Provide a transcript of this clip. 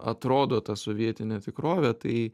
atrodo ta sovietinė tikrovė tai